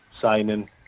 Signing